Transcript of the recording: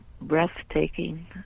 breathtaking